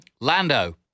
Lando